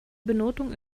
benotung